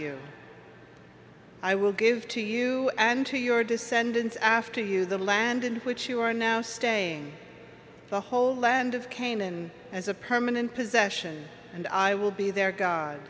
you i will give to you and to your descendants after you the land in which you are now staying the whole land of canaan as a permanent possession and i will be their god